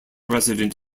resident